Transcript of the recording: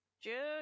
Jude